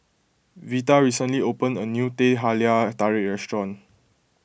Vita recently opened a new Teh Halia Tarik restaurant